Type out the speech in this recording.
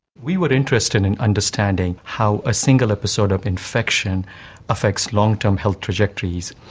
we were interested in understanding how a single episode of infection affects long-term health trajectories.